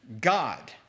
God